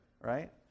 right